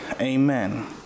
amen